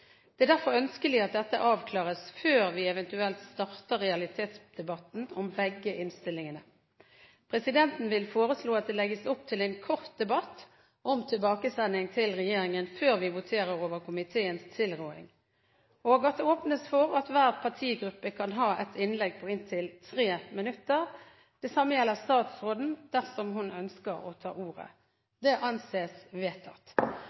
Det er derfor ønskelig at dette avklares før vi eventuelt starter realitetsdebatten om begge innstillingene. Presidenten vil foreslå at det legges opp til en kort debatt om tilbakesending til regjeringen før Stortinget voterer over komiteens tilråding. Det åpnes for at hver partigruppe kan ha et innlegg på inntil 3 minutter. Det samme gjelder statsråden, dersom hun ønsker å ta ordet. – Det anses vedtatt.